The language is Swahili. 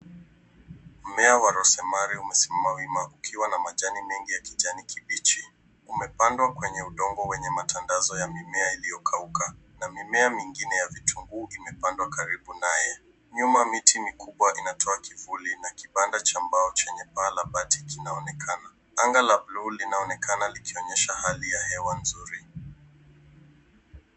Mmea wa rosimari umesimama wima ukiwa na majani mengi ya kijani kibichi. Umepandwa kwenye udongo wenye matandazo ya mimea iliyokauka na mimea mengine ya vitunguu imepandwa karibu naye. Nyuma miti mikubwa inatoa kivuli na kibanda cha mbao chenye paa la bati linaonekana. Anga la blue linaonekana likionyesha hali ya anga kua nzuri.